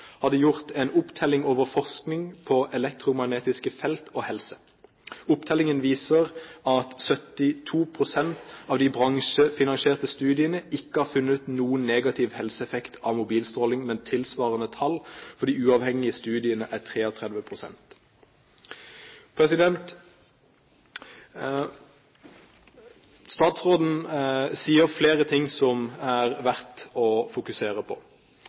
hadde gjort en opptelling over forskning på elektromagnetiske felt og helse. Opptellingen viser at 72 pst. av de bransjefinansierte studiene ikke har funnet noen negativ helseeffekt av mobilstråling, mens tilsvarende tall for de uavhengige studiene er 33 pst. Statsråden sier flere ting som det er verdt å fokusere på.